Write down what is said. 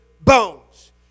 bones